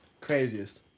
Craziest